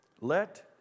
Let